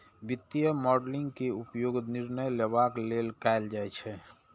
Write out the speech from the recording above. वित्तीय मॉडलिंग के उपयोग निर्णय लेबाक लेल कैल जाइ छै